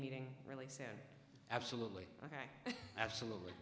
meeting really sad absolutely ok absolutely